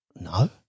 No